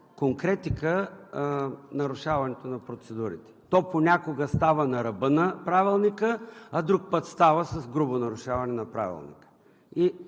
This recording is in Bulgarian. конкретика нарушаването на процедурите и понякога става на ръба на Правилника, а друг път става с грубо нарушаване на Правилника.